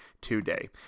today